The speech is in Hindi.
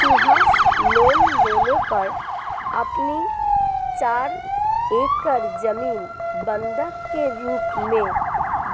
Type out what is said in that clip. सुभाष लोन लेने पर अपनी चार एकड़ जमीन बंधक के रूप में